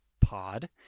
Pod